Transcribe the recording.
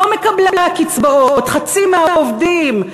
העובדים, לא מקבלי הקצבאות, חצי מהעובדים.